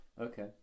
Okay